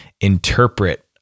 interpret